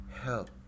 help